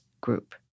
group